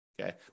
okay